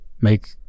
make